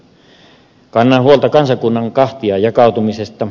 kannan huolta kansakunnan kahtia jakautumisesta